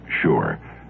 sure